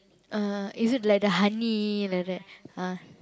uh is it like the honey like that ah